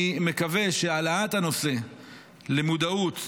אני מקווה שהעלאת הנושא למודעות,